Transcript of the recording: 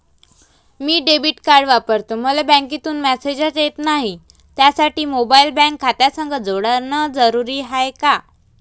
मी debit card वापरतो मले बँकेतून मॅसेज येत नाही, त्यासाठी मोबाईल बँक खात्यासंग जोडनं जरुरी हाय का?